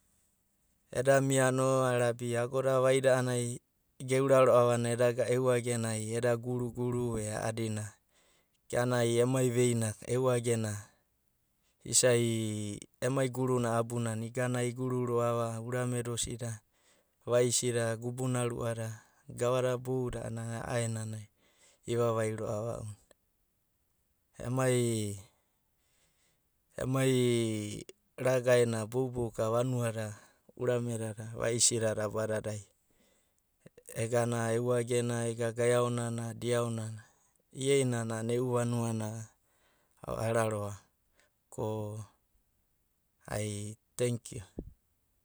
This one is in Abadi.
Eda miano agoda vaida a'anai geura ro'ava edaga eu agenai eda guruguru e a'adina. Igana ai emai veina eu agena isai emai guruna abunana. Igana iguru ro'a urame da osida, vaisi da gubuna ru'ada, gava ru'ada, gavada boudadai a'ana ai a'aenanai ivavai ro'ava. Emai. emai ragaena boubou ka vanuada urame dada, vaisi dada abadadai, egana eu agena ega gaeaona diaona. Ie'inana a'ana e'u vanuana avararoa va ko ai tenkiu.